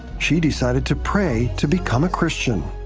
she decided to pray to become a christian.